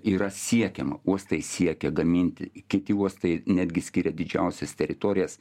yra siekiama uostai siekia gaminti kiti uostai netgi skiria didžiausias teritorijas